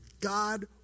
God